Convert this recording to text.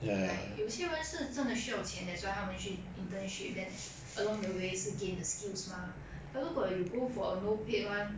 like 有些人是真的需要钱 that's why 他们去 internship then along the way 是 gain the skills mah but 如果 you go for a no paid one